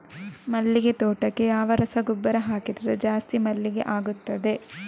ಮಲ್ಲಿಗೆ ತೋಟಕ್ಕೆ ಯಾವ ರಸಗೊಬ್ಬರ ಹಾಕಿದರೆ ಜಾಸ್ತಿ ಮಲ್ಲಿಗೆ ಆಗುತ್ತದೆ?